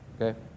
Okay